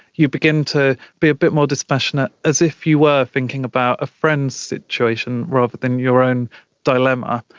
you begin to be a bit more dispassionate, as if you were thinking about a friend's situation rather than your own dilemma.